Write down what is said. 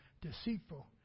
deceitful